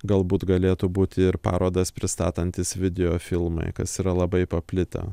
galbūt galėtų būti ir parodas pristatantys videofilmai kas yra labai paplitę